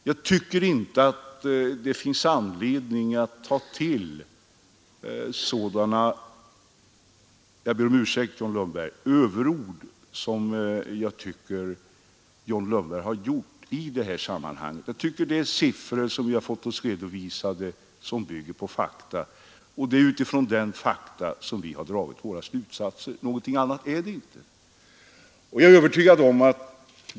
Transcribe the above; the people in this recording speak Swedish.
Jag tycker inte att det finns anledning att ta till sådana — jag ber om ursäkt, John Lundberg — överord som John Lundberg använder i detta sammanhang. De siffror vi fått redovisade bygger på fakta, och det är utifrån dessa fakta som vi dragit våra slutsatser. Någonting annat är det inte! Jag är övertygad om att.